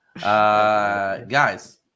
Guys